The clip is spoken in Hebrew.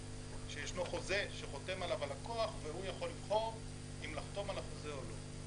שיש חוזה שחותם עליו הלקוח והוא יכול לבחור אם לחתום על החוזה או לא.